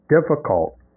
difficult